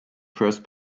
first